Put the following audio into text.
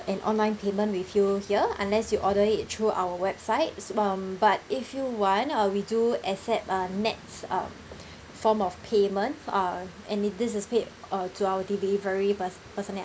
an online payment with you here unless you order it through our website s~ um but if you want uh we do accept uh nets uh form of payment uh and it this is paid uh to our delivery pers~ personnel